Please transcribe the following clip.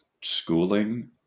schooling